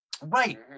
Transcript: Right